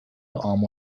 عام